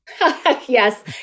Yes